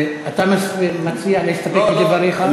אתה מציע להסתפק בדבריך?